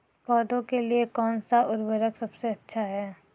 पौधों के लिए कौन सा उर्वरक सबसे अच्छा है?